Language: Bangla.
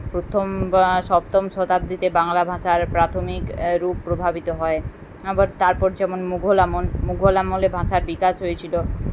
প্রথম বা সপ্তম শতাব্দীতে বাংলা ভাষার প্রাথমিক রূপ প্রভাবিত হয় আবার তারপর যেমন মুঘল আমল মুঘল আমলে ভাষার বিকাশ হয়েছিলো